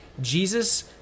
Jesus